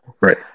Right